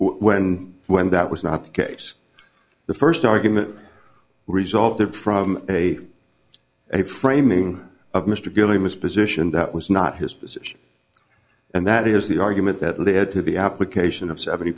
when when that was not the case the first argument resulted from a a framing of mr giving his position that was not his position and that is the argument that they had to the application of seventy